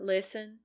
Listen